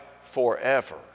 forever